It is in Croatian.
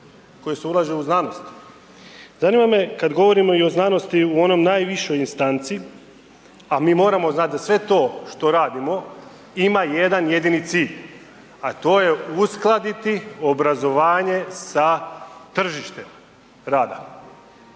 koje se ulaže u znanost. Zanima me kada govorimo i o znanosti u onoj najvišoj instanci, a mi moramo znati da sve to što radimo ima jedan jedini cilj, a to je uskladiti obrazovanje sa tržištem rada.